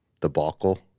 debacle